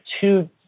two